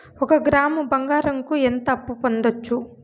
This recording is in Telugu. ఒక గ్రాము బంగారంకు ఎంత అప్పు పొందొచ్చు